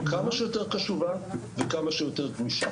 כמה שיותר קשובה וכמה שיורת גמישה.